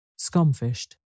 scumfished